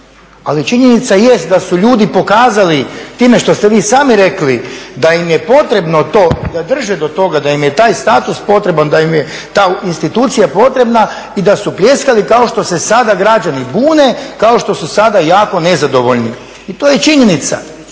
Ali činjenica jest da su ljudi pokazali time što ste vi sami rekli da im je potrebno to, da drže do toga da im je taj status potreban, da im je ta institucija potrebna i da su pljeskali kao što se sada građani bune, kao što su sada jako nezadovoljni. I to je činjenica.